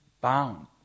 bound